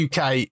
UK